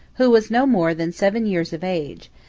who was no more than seven years of age,